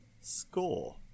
Score